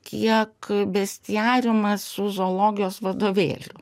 kiek bestiariumas su zoologijos vadovėliu